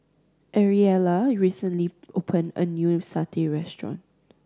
Ariella recently opened a new Satay restaurant